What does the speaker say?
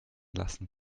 lassen